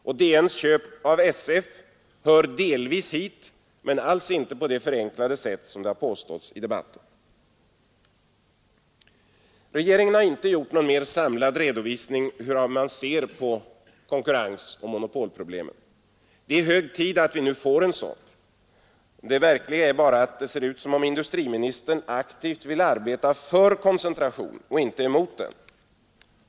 Dagens Nyheters köp av SF hör delvis hit, men alls inte på det förenklade sätt som det har påståtts i debatten. Regeringen har inte gjort någon mer samlad redovisning av hur man ser på konkurrensoch monopolproblemen. Det är hög tid att vi nu får en sådan. Det märkliga är bara att det ser ut som om industriministern aktivt vill arbeta för koncentration och inte emot den.